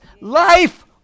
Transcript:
life